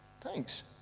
thanks